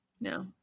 no